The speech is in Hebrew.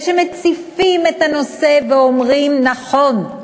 ושמציפים את הנושא, ואומרים: נכון,